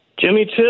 Jimmy